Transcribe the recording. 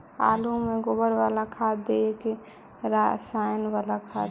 आलु में गोबर बाला खाद दियै कि रसायन बाला खाद?